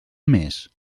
més